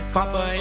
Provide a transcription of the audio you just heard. Papa